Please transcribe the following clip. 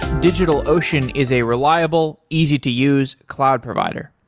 digitalocean is a reliable, easy to use cloud provider.